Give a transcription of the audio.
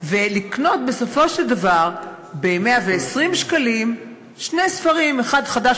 ולקנות בסופו של דבר ב-120 שקלים שני ספרים: אחד חדש,